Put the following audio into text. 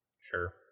Sure